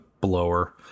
blower